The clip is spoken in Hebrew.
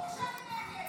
ברור שאני נגד,